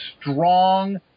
strong